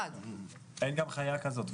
אין גם חיה כזאת,